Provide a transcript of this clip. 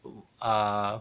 uh